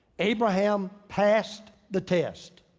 abraham passed the test.